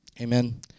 Amen